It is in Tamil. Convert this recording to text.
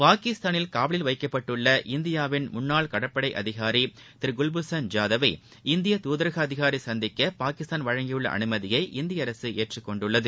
பாகிஸ்தானில் காவலில் வைக்கப்பட்டுள்ள இந்தியாவின் முன்னாள் கடற்படை அதிகாரி திரு குவ்பூஷண் ஜாதவை இந்திய துதரக அதிகாரி சந்திக்க பாகிஸ்தாள் வழங்கியுள்ள அனுமதியை இந்திய அரசு ஏற்றுக்கொண்டுள்ளது